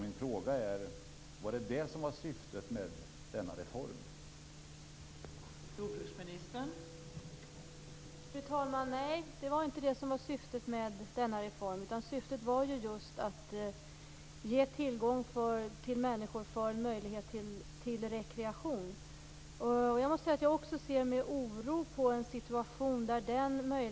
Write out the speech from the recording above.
Var det detta som var syftet med denna genomförda reform?